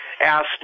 asked